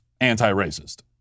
anti-racist